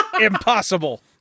Impossible